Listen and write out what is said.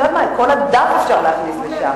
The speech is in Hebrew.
את יודעת מה, את כל הדף אפשר להכניס לשם.